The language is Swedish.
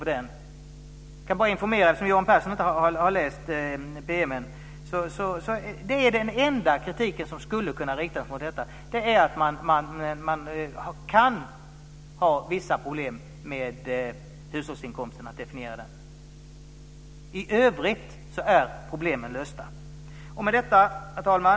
Eftersom Johan Pehrson inte har läst PM:en kan jag bara informera om att den enda kritik som skulle kunna riktas mot detta är att man kan ha vissa problem med att definiera hushållsinkomsten. I övrigt är problemen lösta. Herr talman!